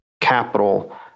capital